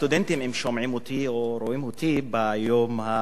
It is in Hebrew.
אם שומעים אותי או רואים אותי ביום הסטודנט,